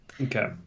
Okay